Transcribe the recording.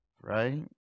right